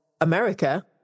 America